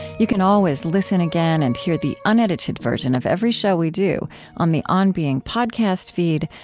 you can always listen again and hear the unedited version of every show we do on the on being podcast feed,